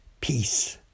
Peace